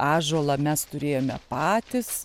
ąžuolą mes turėjome patys